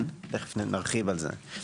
תכף נרחיב בכך.